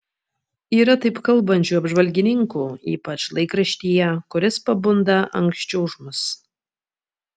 yra taip kalbančių apžvalgininkų ypač laikraštyje kuris pabunda anksčiau už mus